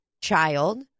child